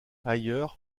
ailleurs